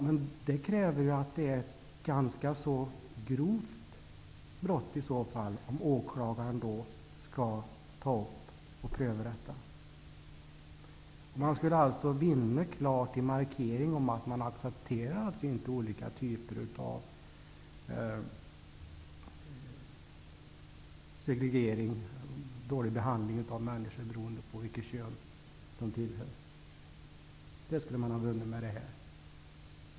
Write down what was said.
Men det kräver att brottet i så fall är ganska grovt för att åklagaren skall pröva ärendet. Man skulle alltså klart vinna på en markering om att man inte accepterar olika typer av segregering och dålig behandling av människor beroende på vilket kön de tillhör. En sådan markering skulle man vinna på här.